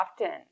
often